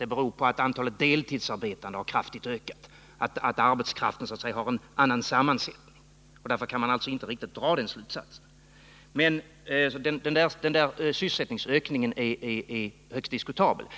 Det beror på att antalet deltidsarbetande har kraftigt ökat — arbetskraften har så att säga en annan sammansättning. Därför kan man inte riktigt dra den slutsats som Bernt Nilsson drar. Den där sysselsättningsökningen är högst diskutabel.